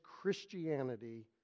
Christianity